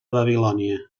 babilònia